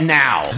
now